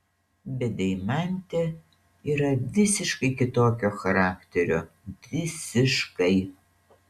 bet deimantė yra visiškai kitokio charakterio visiškai